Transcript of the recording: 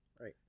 Right